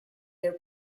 their